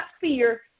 fear